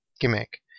gimmick